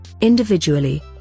Individually